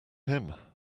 him